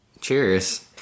Cheers